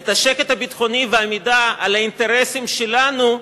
את השקט הביטחוני והעמידה על האינטרסים שלנו,